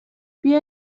بیا